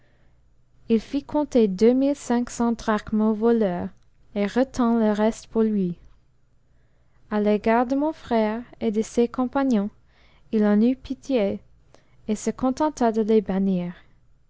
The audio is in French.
il fit compter deux mille cinq cents drachmes au voleur et retint le reste pour lui a l'égard de mon frère et de ses compagnons il en eut pitié et se contenta de les bannir